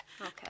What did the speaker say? Okay